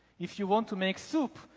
if you want to make soup,